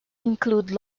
include